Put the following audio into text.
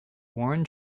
warren